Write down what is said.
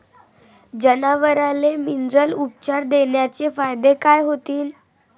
जनावराले मिनरल उपचार देण्याचे फायदे काय होतीन?